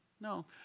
No